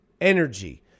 energy